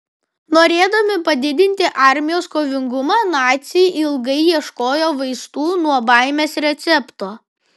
norėdami padidinti armijos kovingumą naciai ilgai ieškojo vaistų nuo baimės recepto